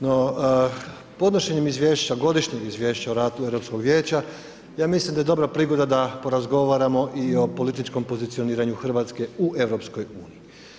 No podnošenjem Godišnjeg izvješća o radu Europskog vijeća, ja mislim da je dobra prigoda da porazgovaramo i o političkom pozicioniranju Hrvatske u EU.